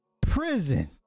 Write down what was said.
prison